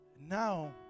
now